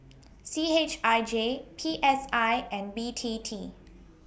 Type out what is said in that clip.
C H I J P S I and B T T